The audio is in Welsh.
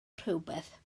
rhywbeth